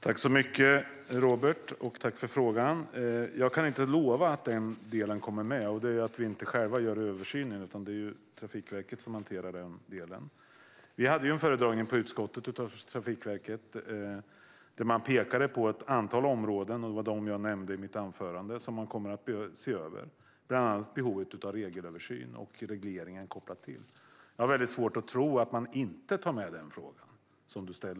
Herr talman! Tack för frågan, Robert! Jag kan inte lova att den delen kommer med. Vi gör ju inte själva översynen, utan det är Trafikverket som hanterar den. Vi hade en föredragning av Trafikverket i utskottet, där man pekade på ett antal områden som man kommer att se över - jag nämnde dem i mitt anförande. Det gäller bland annat behovet av regelöversyn och regleringen kopplat till det. Jag har svårt att tro att man inte tar med den fråga du tar upp.